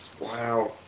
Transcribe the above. Wow